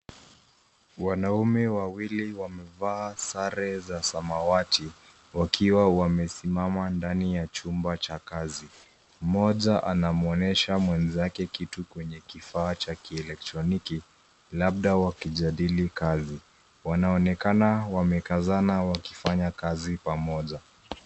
Wanaume wawili wamevaa sare za samawati, wakiwa wamesimama ndani ya chumba cha kazi. Mmoja anamwonyesha mwenzake kitu kwenye kifaa cha kielektroniki labda wakijadili kazi. Wanaonekana wamekazana wakifanya kazi pamoja.